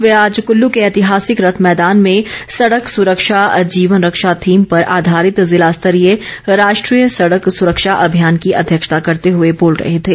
वे आज कल्लू के ऐतिहासिक रथ मैदान में सड़क सुरक्षा जीवन रक्षा थीम पर आधारित ज़िला स्तरीय राष्ट्रीय सड़क सुरक्षा अभियान की अध्यक्षता करते हुए बोल रहे थे